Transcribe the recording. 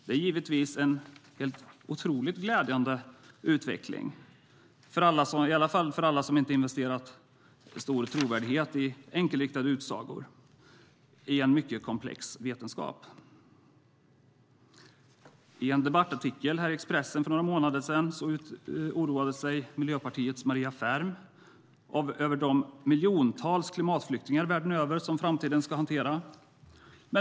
Det är givetvis en helt otroligt glädjande utveckling, i varje fall för alla som inte investerat stor trovärdighet i enkelriktade utsagor i en mycket komplex vetenskap. I en debattartikel i Expressen för några månader sedan oroade sig Miljöpartiets Maria Ferm över de miljontals klimatflyktingar världen över som man i framtiden ska hantera.